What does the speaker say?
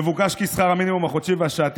מבוקש כי שכר המינימום החודשי והשעתי